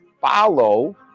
follow